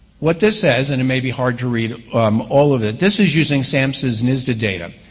what this says, and it may be hard to read um all of it, this is using samhsa's nista data,